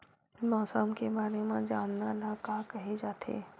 मौसम के बारे म जानना ल का कहे जाथे?